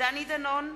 דני דנון,